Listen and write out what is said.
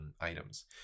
items